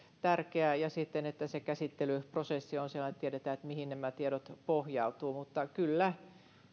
tärkeää ja sitten se että se käsittelyprosessi on sellainen että tiedetään mihin nämä tiedot pohjautuvat mutta kyllä